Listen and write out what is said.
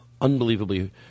unbelievably